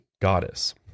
goddess